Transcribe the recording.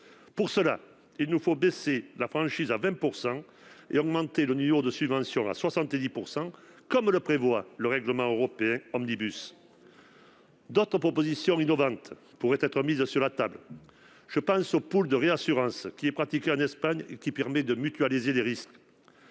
Pour cela, il nous faut abaisser la franchise à 20 % et relever le niveau de subvention à 70 %, comme le prévoit le règlement européen Omnibus. D'autres propositions innovantes pourraient être mises sur la table. Je pense, par exemple, au pool de réassurances pratiqué en Espagne, qui permet de mutualiser les risques.